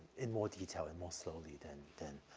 in more detail and more slowly than, than,